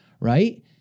right